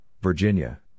Virginia